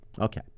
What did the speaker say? Okay